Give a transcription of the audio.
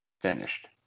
finished